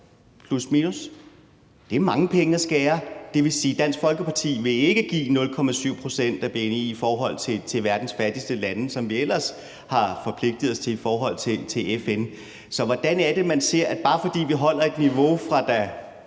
Det er mange penge at skære. Det vil sige, Dansk Folkeparti ikke vil give 0,7 pct. af bni i forhold til verdens fattigste lande, hvilket vi ellers har forpligtet os til som medlem af FN. Så hvordan er det, man ser det? Altså, bare fordi vi holder et niveau, fra da